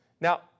Now